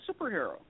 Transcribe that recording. superhero